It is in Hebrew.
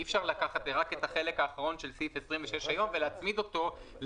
אי אפשר לקחת רק את החלק האחרון של סעיף 26 ולהצמיד אותו להפרה,